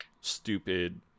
stupid